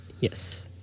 Yes